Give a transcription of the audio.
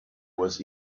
was